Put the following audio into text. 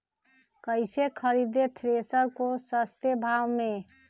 कैसे खरीदे थ्रेसर को सस्ते भाव में?